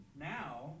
Now